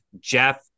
Jeff